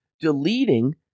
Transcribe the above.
deleting